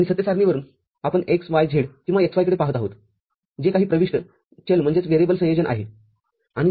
आणि सत्य सारणीवरून आपण x y zकिंवा x y कडे पाहत आहोत जे काही प्रविष्ट चल संयोजन आहे